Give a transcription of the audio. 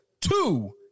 two